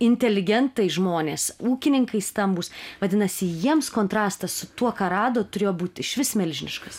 inteligentai žmonės ūkininkai stambūs vadinasi jiems kontrastas su tuo ką rado turėjo būt išvis milžiniškas